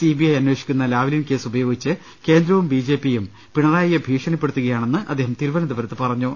C B I അന്വേഷിക്കുന്ന Lavalin കേസുപയോഗിച്ച് കേന്ദ്രവും ബി ജെ പിയും പിണറാ യിയെ ഭീഷണിപ്പെടുത്തുകയാണെന്ന് അദ്ദേഹം തിരുവനന്തപുരത്ത് പറഞ്ഞു